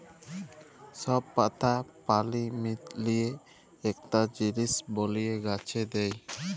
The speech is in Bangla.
সব পাতা পালি মিলিয়ে একটা জিলিস বলিয়ে গাছে দেয়